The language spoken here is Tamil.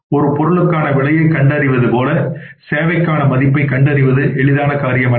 ஒரு பொருளுக்கான விலையை கண்டறிவது போல சேவைக்கான மதிப்பை கண்டறிவது எளிதான காரியம் அல்ல